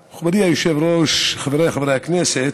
היושב-ראש, חבריי חברי הכנסת,